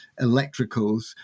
electricals